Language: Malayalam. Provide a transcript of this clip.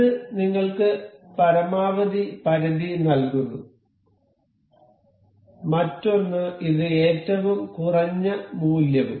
ഇത് നിങ്ങൾക്ക് പരമാവധി പരിധി നൽകുന്നു മറ്റൊന്ന് ഇത് ഏറ്റവും കുറഞ്ഞ മൂല്യവും